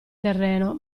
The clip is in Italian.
terreno